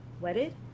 Wedded